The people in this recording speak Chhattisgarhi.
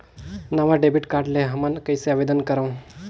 नवा डेबिट कार्ड ले हमन कइसे आवेदन करंव?